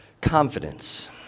confidence